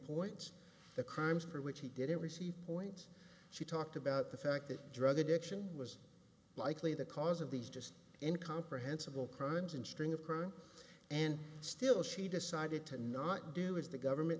points the crimes for which he didn't receive points she talked about the fact that drug addiction was likely the cause of these just in comprehensible crimes and string of her and still she decided to not do as the government